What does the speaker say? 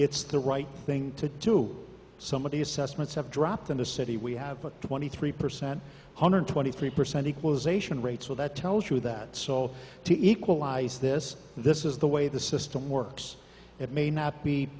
it's the right thing to do somebody assessments have dropped in a city we have a twenty three percent hundred twenty three percent equalization rate so that tells you that so to equalize this this is the way the system works it may not be